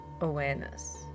awareness